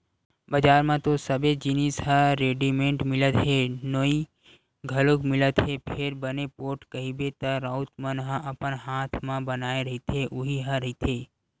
बजार म तो सबे जिनिस ह रेडिमेंट मिलत हे नोई घलोक मिलत हे फेर बने पोठ कहिबे त राउत मन ह अपन हात म बनाए रहिथे उही ह रहिथे